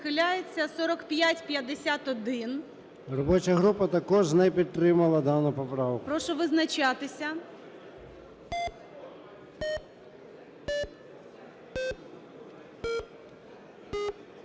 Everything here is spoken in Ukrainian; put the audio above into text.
Робоча група також не підтримала дану поправку. ГОЛОВУЮЧИЙ. Прошу визначатися.